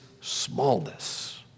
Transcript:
smallness